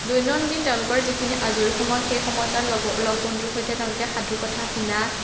দৈনন্দিন তেওঁলোকৰ যিখিনি আজৰি সময় সেই সময়ছোৱাত লগৰ লগ বন্ধুৰ সৈতে তেওঁলোকে সাধু কথা শুনা